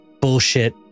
bullshit